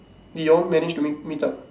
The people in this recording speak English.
did you all manage to meet meet up